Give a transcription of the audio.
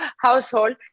household